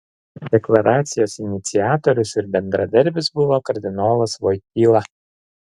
deklaracijos iniciatorius ir bendradarbis buvo kardinolas voityla